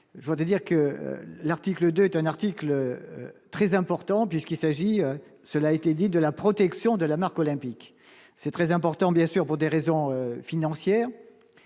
je veux dire que l'article 2 est un article très important puisqu'il s'agit, cela a été dit, de la protection de la marque olympique, c'est très important bien sûr pour des raisons financières,